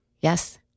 Yes